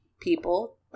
people